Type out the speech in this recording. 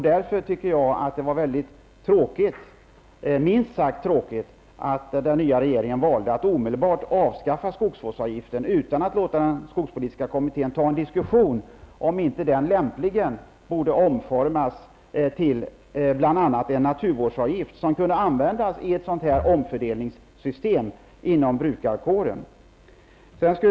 Därför tycker jag att det var minst sagt tråkigt att den nya regeringen valde att omedelbart avskaffa skogsvårdsavgiften utan att låta skogspolitiska kommittén diskutera, om inte avgiften lämpligen borde omformas till bl.a. en naturvårdsavgift, som kunde användas i ett omfördelningssystem inom brukarkåren.